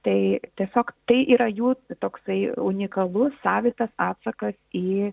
tai tiesiog tai yra jų toksai unikalus savitas atsakas į